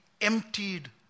emptied